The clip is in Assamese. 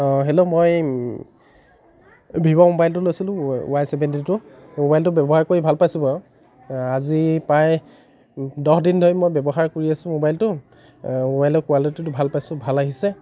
অ' হেল্ল' মই ভিভ' ম'বাইলটো লৈছিলোঁ ৱাই চেভেণ্টিটো ম'বাইলটো ব্যৱহাৰ কৰি ভাল পাইছোঁ বাৰু আজি প্ৰায় দহদিন ধৰি মই ব্যৱহাৰ কৰি আছোঁ ম'বাইলটো ম'বাইলৰ কোৱালিটিটো ভাল পাইছোঁ ভাল আহিছে